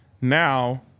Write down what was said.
Now